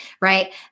Right